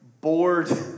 bored